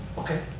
okay.